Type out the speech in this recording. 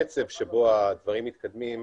בו,